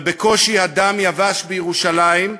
אבל בקושי הדם יבש בירושלים,